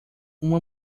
uma